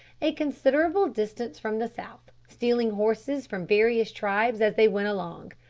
a considerable distance from the south, stealing horses from various tribes as they went along.